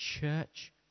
church